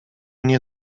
nie